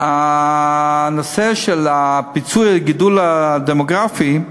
הנושא של הפיצוי על הגידול הדמוגרפי,